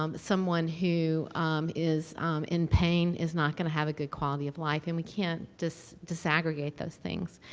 um someone who is in pain is not going to have a good quality of life, and we can't just, just ah aggegate those things.